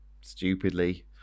stupidly